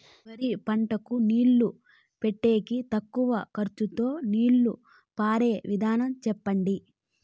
వరి పంటకు నీళ్లు పెట్టేకి తక్కువ ఖర్చుతో నీళ్లు పారే విధం చెప్పండి?